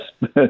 Yes